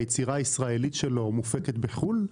היצירה הישראלית שלו מופקת בחו"ל?